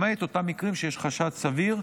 למעט אותם מקרים שבהם יש חשד סביר,